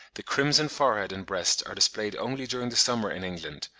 the crimson forehead and breast are displayed only during the summer in england,